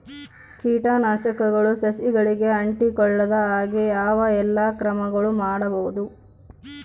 ಕೇಟನಾಶಕಗಳು ಸಸಿಗಳಿಗೆ ಅಂಟಿಕೊಳ್ಳದ ಹಾಗೆ ಯಾವ ಎಲ್ಲಾ ಕ್ರಮಗಳು ಮಾಡಬಹುದು?